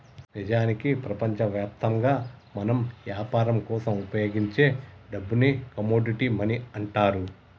నిజానికి ప్రపంచవ్యాప్తంగా మనం యాపరం కోసం ఉపయోగించే డబ్బుని కమోడిటీ మనీ అంటారు